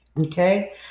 okay